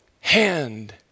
hand